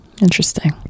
Interesting